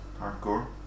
hardcore